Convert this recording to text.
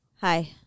Hi